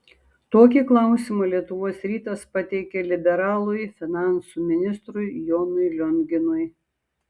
tokį klausimą lietuvos rytas pateikė liberalui finansų ministrui jonui lionginui